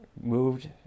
moved